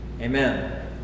Amen